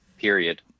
Period